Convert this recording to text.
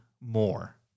more